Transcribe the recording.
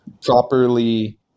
Properly